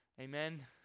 Amen